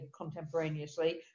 contemporaneously